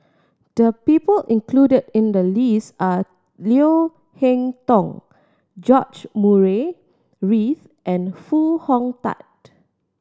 the people included in the list are Leo Hee Tong George Murray Reith and Foo Hong Tatt